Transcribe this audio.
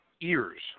ears